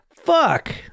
Fuck